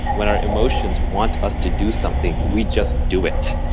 when our emotions want us to do something, we just do it.